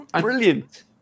brilliant